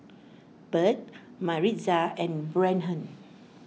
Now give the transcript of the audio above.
Burt Maritza and Brennen